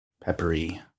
Peppery